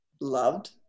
loved